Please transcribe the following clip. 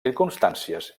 circumstàncies